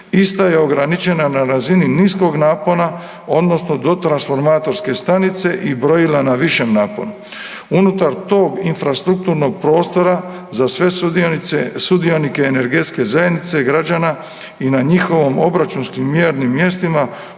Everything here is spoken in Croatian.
ista je ograničena na razini niskog napona odnosno do transformatorske stanice i brojila na višem naponu. Unutar tog infrastrukturnog prostora za sve sudionike energetske zajednice građana i na njihovim obračunskim mjernim mjestima